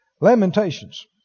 Lamentations